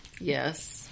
yes